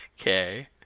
Okay